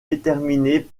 déterminé